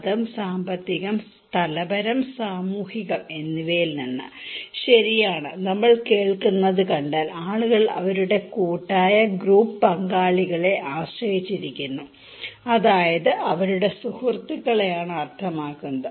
മതം സാമ്പത്തികം സ്ഥലപരം സാമൂഹികം എന്നിവയിൽ നിന്ന് ശരിയാണ് നമ്മൾ കേൾക്കുന്നത് കണ്ടാൽ ആളുകൾ അവരുടെ കൂട്ടായ ഗ്രൂപ്പ് പങ്കാളികളെ ആശ്രയിച്ചിരിക്കുന്നു അതായത് അവരുടെ സുഹൃത്തുക്കളെയാണ് അർത്ഥമാക്കുന്നത്